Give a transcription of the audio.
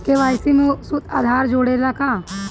KYC में आधार जुड़े ला का?